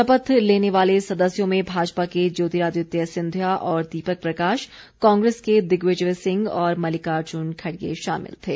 शपथ लेने वाले सदस्यों में भाजपा के ज्योतिरादित्य सिंधिया और दीपक प्रकाश कांग्रेस के दिग्विजय सिंह और मल्लिकार्जुन खडगे शामिल थे